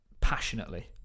passionately